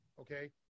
okay